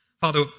Father